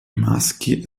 maschi